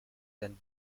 and